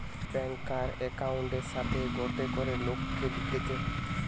ব্যাংকার একউন্টের সাথে গটে করে লোককে দিতেছে